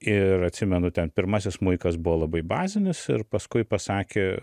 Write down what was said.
ir atsimenu ten pirmasis smuikas buvo labai bazinis ir paskui pasakė